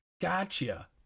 Gotcha